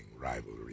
rivalry